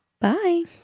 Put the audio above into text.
Bye